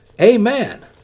Amen